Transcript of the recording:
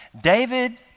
David